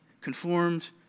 conformed